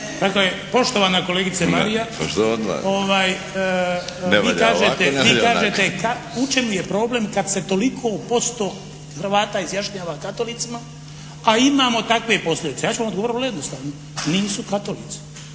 Dakle poštovana kolegice Marija vi kažete, vi kažete u čemu je problem kad se toliko posto Hrvata izjašnjava katolicima a imamo takve posljedice? Ja ću vam odgovoriti vrlo jednostavno. Nisu katolici